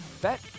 bet